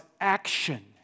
action